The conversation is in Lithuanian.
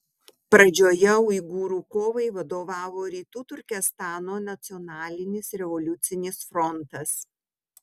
pradžioje uigūrų kovai vadovavo rytų turkestano nacionalinis revoliucinis frontas